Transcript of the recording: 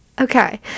okay